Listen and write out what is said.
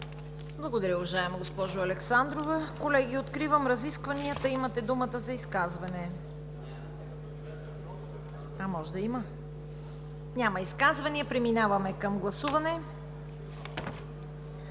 Благодаря, уважаема госпожо Александрова. Колеги, откривам разискванията. Имате думата за изказвания. Няма изказвания, преминаваме към гласуване.